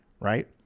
Right